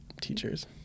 teachers